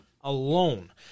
Alone